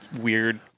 weird